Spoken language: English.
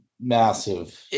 Massive